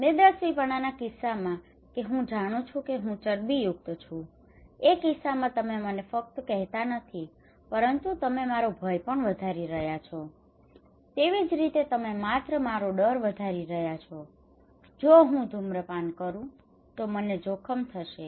મેદસ્વીપણાના કિસ્સામાં કે હું જાણું છું કે હું ચરબીયુક્ત છું એ કિસ્સામાં તમે મને ફક્ત કહેતા નથી પરંતુ તમે મારો ભય પણ વધારી રહ્યા છો તેવી જ રીતે તમે માત્ર મારો ડર વધારી રહ્યા છો કે જો હું ધૂમ્રપાન કરું તો મને જોખમ થશે